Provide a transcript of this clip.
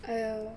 !aiyo!